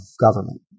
government